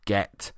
Get